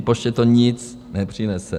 Poště to nic nepřinese.